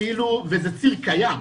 כאילו וזה ציר קיים,